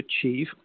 achieve